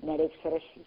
nereiks rašyti